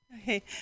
Okay